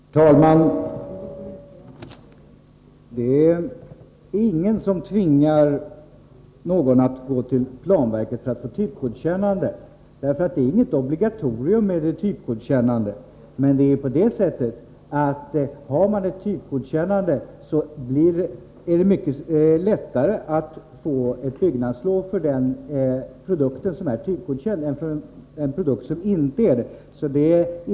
Herr talman! Det är ingen som tvingar någon att gå till planverket för att få ett typgodkännande, för ett sådant är inget obligatorium. Men det är mycket lättare att få byggnadslov för den produkt som är typgodkänd än för den som inte är det.